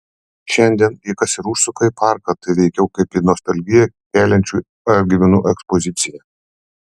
šiandien jei kas ir užsuka į parką tai veikiau kaip į nostalgiją keliančių atgyvenų ekspoziciją